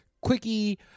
quickie